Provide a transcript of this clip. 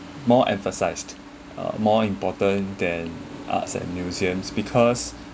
more emphasized uh more important than arts and museums because